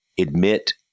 admit